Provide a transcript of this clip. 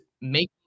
make